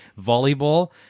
volleyball